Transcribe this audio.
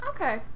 Okay